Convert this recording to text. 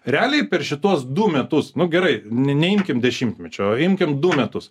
realiai per šituos du metus nu gerai neimkim dešimtmečio imkim du metus